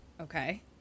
Okay